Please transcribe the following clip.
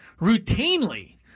routinely